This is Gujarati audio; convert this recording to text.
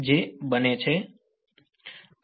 મને માફ કરો